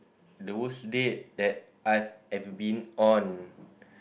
the worst date that I've ever been on